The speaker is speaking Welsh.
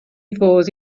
fodd